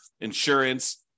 insurance